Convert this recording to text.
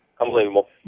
Unbelievable